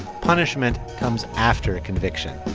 punishment comes after a conviction,